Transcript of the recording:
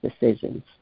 decisions